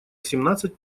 семнадцать